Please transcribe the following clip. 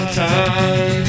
time